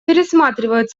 пересматривают